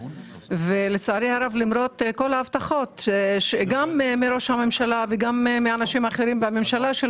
ולצערי הרב למרות כל ההבטחות שגם מראש הממשלה וגם מאנשים אחרים והממשלה,